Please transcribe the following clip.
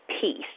peace